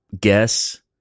guess